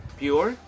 pure